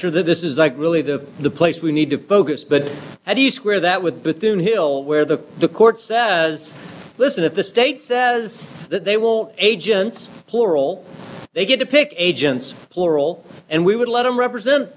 measure that this is like really the the place we need to focus but how do you square that with but then hill where the the court says listen if the state says that they will agents plural they get to pick agents plural and we would let them represent